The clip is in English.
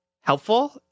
helpful